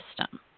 system